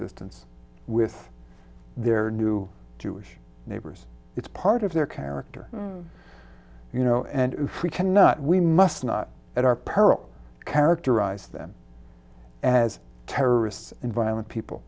e with their new jewish neighbors it's part of their character you know and if we cannot we must not at our peril characterize them as terrorists and violent people